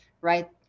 right